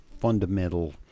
fundamental